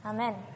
Amen